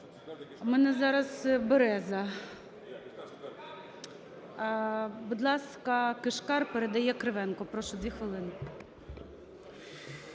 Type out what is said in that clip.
У мене зараз Береза. Будь ласка, Кишкар передає Кривенку. Прошу, 2 хвилини.